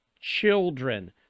children